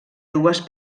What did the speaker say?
dues